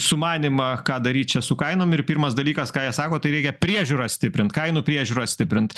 sumanymą ką daryt čia su kainom ir pirmas dalykas ką jie sako tai reikia priežiūrą stiprint kainų priežiūrą stiprint